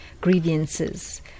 grievances